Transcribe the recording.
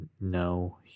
no